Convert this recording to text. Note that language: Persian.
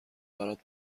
برات